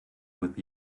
with